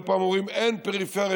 לא פעם אומרים אין פריפריה,